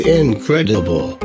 incredible